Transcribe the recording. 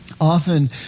often